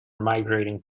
migrating